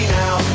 now